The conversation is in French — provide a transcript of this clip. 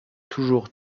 toujours